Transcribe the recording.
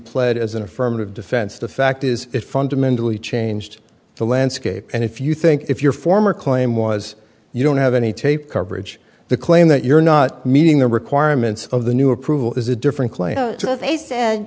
played as an affirmative defense the fact is it fundamentally changed the landscape and if you think if your former claim was you don't have any tape coverage the claim that you're not meeting the requirements of the new approval is a different cla